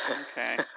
Okay